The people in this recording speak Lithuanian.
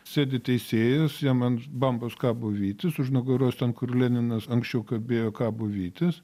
sėdi teisėjas jam ant bambos kabo vytis už nugaros ten kur leninas anksčiau kabėjo kabo vytis